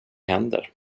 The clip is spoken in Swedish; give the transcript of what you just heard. händer